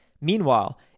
Meanwhile